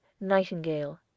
Nightingale